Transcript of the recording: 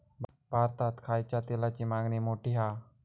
भारतात खायच्या तेलाची मागणी मोठी हा